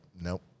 nope